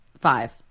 Five